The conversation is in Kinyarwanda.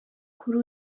kuri